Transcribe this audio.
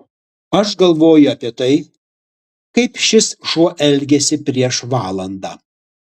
aš galvoju apie tai kaip šis šuo elgėsi prieš valandą